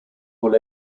were